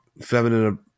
feminine